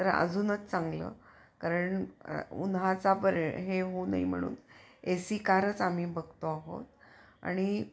तर अजूनच चांगलं कारण उन्हाचा परे हे हो नाही म्हणून ए सी कारच आम्ही बघतो आहोत आणि